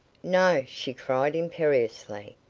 no, she cried, imperiously,